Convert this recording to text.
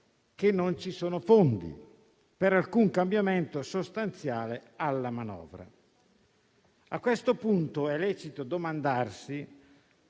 che non ci sono fondi per alcun cambiamento sostanziale alla manovra. A questo punto è lecito domandarsi